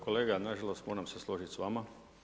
Kolega, nažalost, moram se složiti s vama.